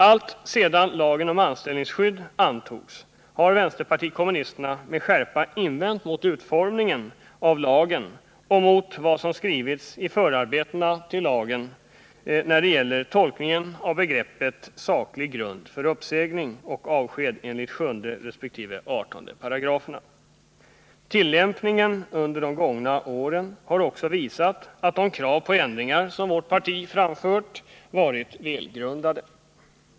Alltsedan lagen om anställningsskydd antogs har vänsterpartiet kommunisterna med skärpa invänt mot utformningen av lagen och mot vad som skrivits i förarbetena till lagen när det gäller tolkningen av begreppet saklig grund för uppsägning och avsked enligt 7 resp. 18 §. Tillämpningen under de gångna åren har också visat att de krav på ändringar som vårt parti framfört varit välgrundade.